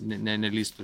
ne nelįstų